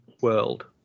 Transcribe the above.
world